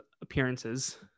appearances